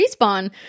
Respawn